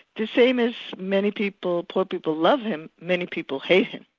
the same as many people, poor people love him, many people hate him.